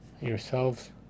yourselves